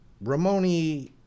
Ramoni